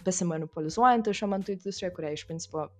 besimonipolizuojanti šiuo metu industrija kuriai iš principo